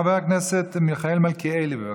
חבר הכנסת מיכאל מלכיאלי, בבקשה.